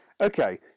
Okay